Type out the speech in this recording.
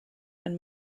and